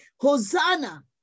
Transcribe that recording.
Hosanna